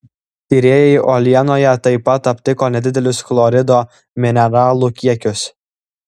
tyrėjai uolienoje taip pat aptiko nedidelius chlorido mineralų kiekius